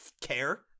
care